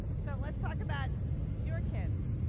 so let's talk about your kids.